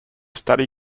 study